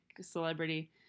celebrity